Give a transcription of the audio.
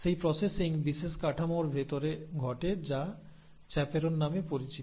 সেই প্রসেসিং বিশেষ কাঠামোর ভিতরে ঘটে যা চ্যাপেরোন নামে পরিচিত